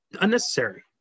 Unnecessary